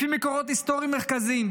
לפי מקורות היסטוריים מרכזיים,